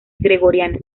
gregoriana